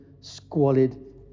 squalid